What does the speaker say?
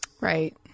Right